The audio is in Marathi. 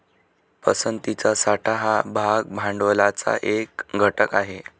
पसंतीचा साठा हा भाग भांडवलाचा एक घटक आहे